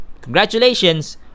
congratulations